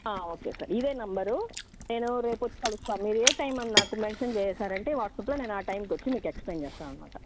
okay sir ఇదే number నేను రేపు వచ్చి కలుస్తా మీరు ఏ టైం అని నాకు మెన్షన్ చేశారు అంటే వాట్సాప్లో నేను ఆ టైంకి వచ్చి మీకు ఎక్స్ప్లెయిన్ చేస్తాను అనమాట